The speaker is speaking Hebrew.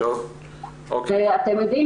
אתם יודעים,